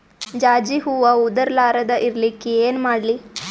ಜಾಜಿ ಹೂವ ಉದರ್ ಲಾರದ ಇರಲಿಕ್ಕಿ ಏನ ಮಾಡ್ಲಿ?